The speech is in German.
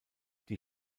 die